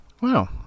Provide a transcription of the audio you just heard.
Wow